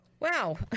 Wow